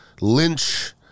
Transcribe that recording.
Lynch